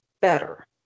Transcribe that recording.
better